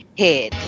head